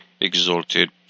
exalted